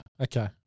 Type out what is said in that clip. Okay